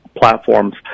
platforms